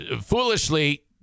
foolishly